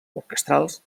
orquestrals